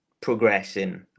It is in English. progressing